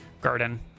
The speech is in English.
garden